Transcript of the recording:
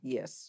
Yes